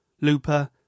Looper